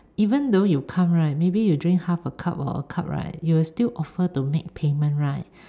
even though you come right maybe you drink half a cup or a cup right you will still offer to make payment right